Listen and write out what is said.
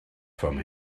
from